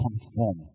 conform